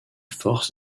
force